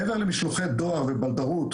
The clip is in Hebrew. מעבר למשלוחי דואר ובלדרות,